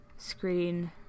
Screen